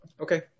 Okay